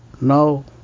Now